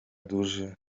duży